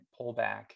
pullback